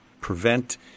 prevent